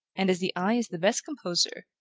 and as the eye is the best composer,